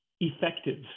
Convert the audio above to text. effective